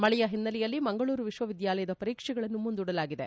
ಮಳೆಯ ಹಿನ್ನೆಲೆಯಲ್ಲಿ ಮಂಗಳೂರು ವಿಶ್ವವಿದ್ಯಾಲಯದ ಪರೀಕ್ಷೆಗಳನ್ನು ಮುಂದೂಡಲಾಗಿದೆ